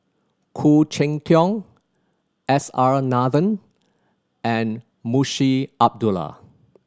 Khoo Cheng Tiong S R Nathan and Munshi Abdullah